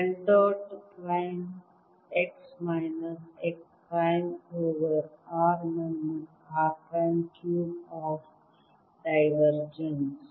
dot del prime x minus x prime over r minus r prime cubed of divergence